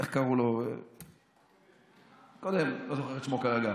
איך קראו לו, הקודם, לא זוכר את שמו כרגע.